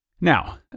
Now